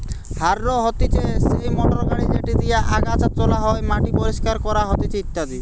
harrow হতিছে সেই motor গাড়ি যেটি দিয়া আগাছা তোলা হয়, মাটি পরিষ্কার করা হতিছে ইত্যাদি